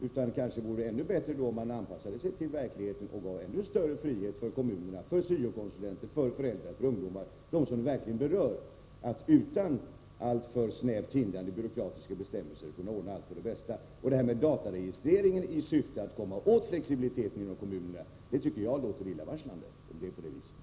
Det vore kanske bättre att anpassa sig till verkligheten och ge ännu större frihet för kommuner, syo-konsulenter, föräldrar och ungdomar — för dem som det verkligen berör — att utan alltför snävt hindrande byråkratiska bestämmelser ordna allt till det bästa. Det där med dataregistrering i syfte att komma åt flexibiliteten inom kommunerna tycker jag låter illavarslande — om det nu är på det viset.